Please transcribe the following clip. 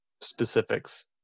specifics